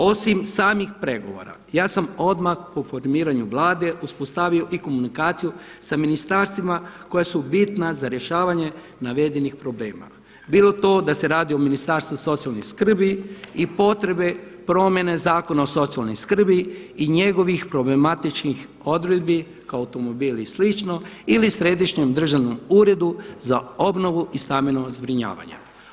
Osim samih pregovora ja sam odmah po formiranju Vlade uspostavio i komunikaciju sa ministarstvima koja su bitna za rješavanje navedenih problema bilo to da se radi o Ministarstvu socijalne skrbi i potrebe promjene Zakona o socijalnoj skrbi i njegovih problematičnih odredbi kao … i slično ili središnjem državnom uredu za obnovu i stambeno zbrinjavanje.